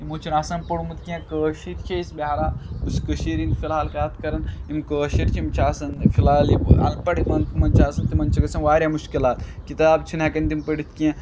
یِمو چھُنہٕ آسان پوٚرمُت کیٚنٛہہ کٲشِرۍ چھِ أسۍ بہرحال بہٕ چھُس کٔشیٖر ہِنٛدۍ فِلحال کَتھ کَران یِم کٲشِرۍ چھِ یِم چھِ آسان فِلحال یِم اَن پڑھ یِمَن کَمَن چھِ آسان تِمَن چھِ گَژھان واریاہ مُشکِلات کِتاب چھِنہٕ ہٮ۪کان تِم پٔرِتھ کیٚنٛہہ